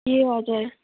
ए हजुर